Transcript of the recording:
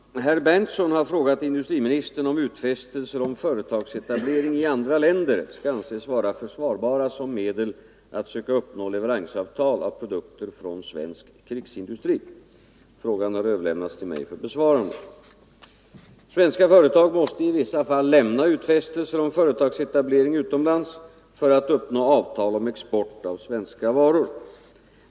Herr talman! Herr Berndtson har frågat industriministern om utfästelser om företagsetablering i andra länder skall anses vara försvarbara som medel att söka uppnå leveransavtal av produkter från svensk krigsindustri. Frågan har överlämnats till mig för besvarande. Svenska företag måste i vissa fall lämna utfästelser om företagsetablering utomlands för att uppnå avtal om export av svenska varor.